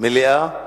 מליאה.